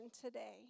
today